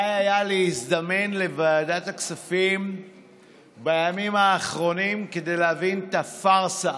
די היה להזדמן לוועדת הכספים בימים האחרונים כדי להבין את הפארסה,